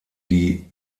die